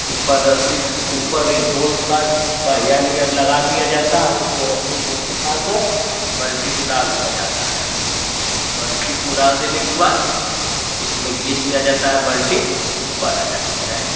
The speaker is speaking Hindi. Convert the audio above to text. ऊपर रस्सी ऊपर एक गोल सा पहिया नियर लगा दिया जाता है उसमें रस्सी को फँसा कर बाल्टी को डाल दिया जाता है बाल्टी को डाल देने के बाद उसमें खींच लिया जाता है बाल्टी उपर आ जाती है